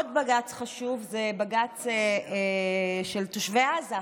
עוד בג"ץ חשוב זה בג"ץ של תושבי עוטף עזה.